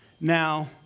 now